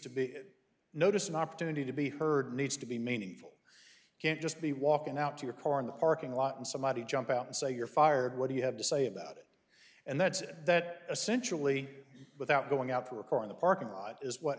to be a notice an opportunity to be heard needs to be meaningful can't just be walkin out to your car in the parking lot and somebody jump out and say you're fired what do you have to say about it and that's that essentially without going out for a car in the parking lot is what